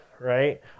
right